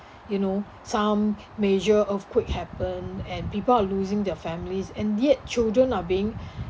you know some major earthquake happen and people are losing their families and yet children are being